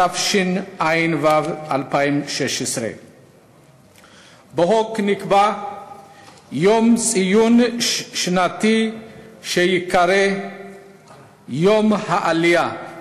התשע"ו 2016. בחוק נקבע יום ציון שנתי שייקרא "יום העלייה",